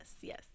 Yes